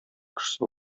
кешесе